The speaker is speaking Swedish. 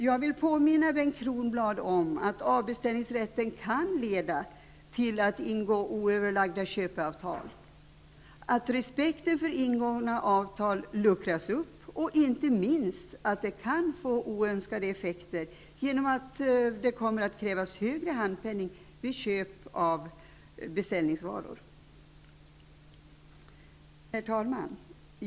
Jag vill påminna Bengt Kronblad om att avbeställningsrätten kan leda till att man ingår oöverlagda köpeavtal, att respekten för ingångna avtal luckras upp och, inte minst, att oönskade effekter kan på grund av att högre handpenning kommer att krävas vid köp av beställningsvaror. Herr talman!